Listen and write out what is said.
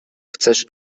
chcesz